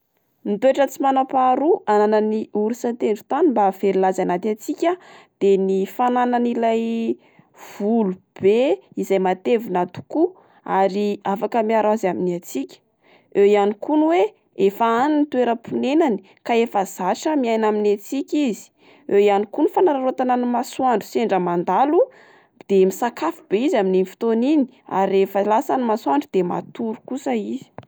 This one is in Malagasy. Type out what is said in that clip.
Ny toetra tsy manam-paharoa ananan'ny orsa an-tendrotany mba hahavelona azy anaty hatsiaka de ny fananany ilay volo be izay matevina tokoa ary afaka miaro azy amin'ny hatsiaka. Eo ihany koa ny oe efa any ny toeram-ponenany ka efa zatra miaina amin'ny hatsiaka izy. Eo ihany koa ny fanararaotana ny masoandro sendra mandalo de misakafo be izy amin'iny fotoana iny ary rehefa lasa ny masoandro de matory kosa izy.